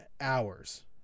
hours